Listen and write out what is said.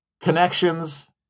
connections